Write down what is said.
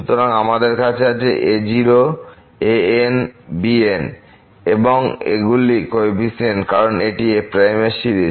সুতরাং আমাদের আছে a'0 a'n এবং b'n এবং এগুলি নতুন কোএফিসিয়েন্ট কারণ এটি f এর সিরিজ